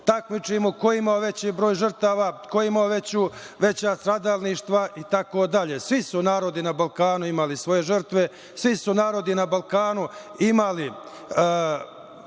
takmičimo ko ima veći broj žrtava, ko ima veća stradalništva itd. Svi su narodi na Balkanu imali svoje žrtve, svi su narodi na Balkanu preživeli